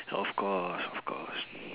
of course of course